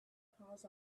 paws